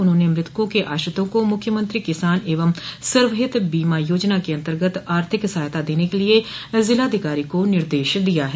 उन्होंने मृतकों के आश्रितों को मूख्यमंत्री किसान एवं सर्वहित बीमा योजना के अन्तर्गत आर्थिक सहायता देने के लिये जिलाधिकारी को निर्देश दिया है